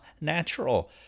natural